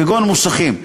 כגון מוסכים.